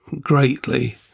greatly